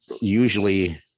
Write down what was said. usually